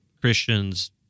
Christians